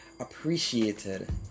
appreciated